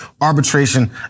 arbitration